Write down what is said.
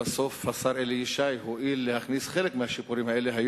בסוף השר אלי ישי הואיל להכניס חלק מהשיפורים האלה,